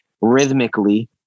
rhythmically